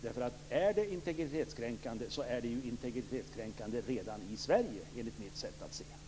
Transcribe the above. Om det är fråga om integritetskränkning så gäller det redan i Sverige, åtminstone enligt mitt sätt att se detta.